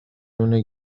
نون